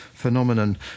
phenomenon